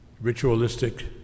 ritualistic